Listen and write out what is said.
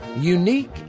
unique